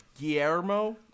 Guillermo